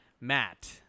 Matt